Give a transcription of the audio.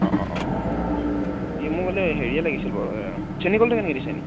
অঁ অঁ অঁ কি মোক মানে হেৰিয়ে লাগিছিল বাৰু চেনীকলটো কেনেকৈ দিছে এনে